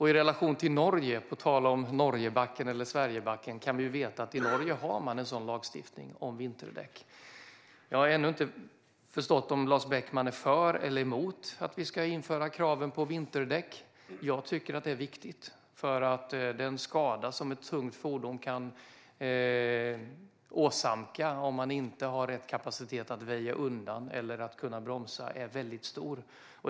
I relation till Norge - på tal om Norgebacken eller Sverigebacken - bör vi veta att man i Norge har en sådan lagstiftning om vinterdäck. Jag har ännu inte förstått om Lars Beckman är för eller emot att vi ska införa krav på vinterdäck. Jag tycker att det är viktigt, eftersom den skada som ett tungt fordon kan åsamka om man inte har rätt kapacitet att väja undan eller att bromsa är väldigt stor.